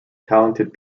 talented